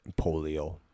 Polio